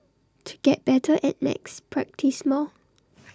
to get better at maths practise more